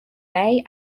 may